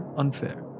unfair